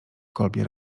kolbie